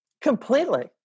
Completely